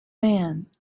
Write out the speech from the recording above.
man